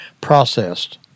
processed